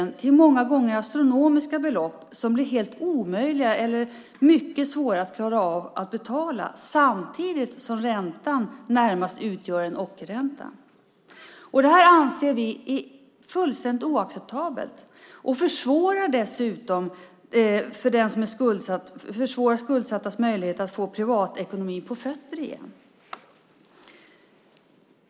Många gånger blir det en höjning till astronomiska belopp som det blir helt omöjligt eller i alla fall mycket svårt att klara att betala - detta samtidigt som räntan närmast utgör en ockerränta. Det här anser vi är fullständigt oacceptabelt. Dessutom försvårar detta för de skuldsatta när det gäller deras möjligheter att få privatekonomin på fötter igen.